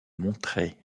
montrer